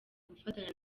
gufatanya